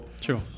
Sure